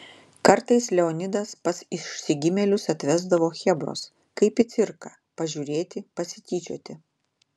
kartais leonidas pas išsigimėlius atvesdavo chebros kaip į cirką pažiūrėti pasityčioti